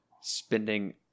spending